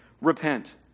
repent